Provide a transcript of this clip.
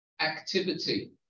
activity